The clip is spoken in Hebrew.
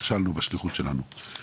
נכשלנו בשליחות שלנו.